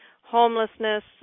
homelessness